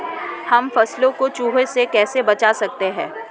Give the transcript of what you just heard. हम फसलों को चूहों से कैसे बचा सकते हैं?